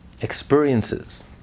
experiences